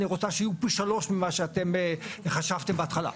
אני רוצה שיהיו פי שלוש ממה שאתם חשבתם בהתחלה.